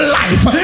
life